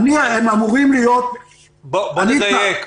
הם אמורים להיות --- בואו נדייק.